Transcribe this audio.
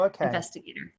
investigator